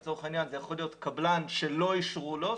לצורך העניין זה יכול להיות קבלן שלא אישרו לו,